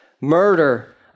murder